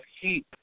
heat